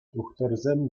тухтӑрсем